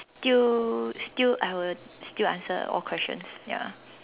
still still I would still answer all questions ya